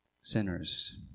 sinners